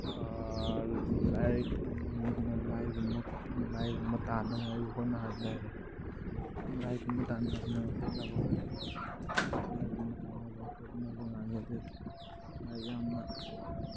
like ꯂꯥꯏꯒꯨꯝꯕ ꯂꯥꯏꯒꯨꯝꯕ ꯇꯥꯟꯅꯤꯡꯉꯥꯏ ꯍꯣꯠꯅꯍꯜꯂꯦ ꯍꯥꯏꯌꯦ ꯂꯥꯏꯒꯨꯝꯕ ꯇꯥꯟꯅꯤꯡꯉꯥꯏꯅ ꯍꯣꯠꯅꯕꯀꯥꯟꯗ ꯂꯥꯏꯒꯨꯝꯕ ꯇꯥꯟꯅꯕ ꯍꯣꯠꯅꯕꯀꯥꯟꯗꯗꯤ ꯂꯥꯏꯛ ꯌꯥꯝꯅ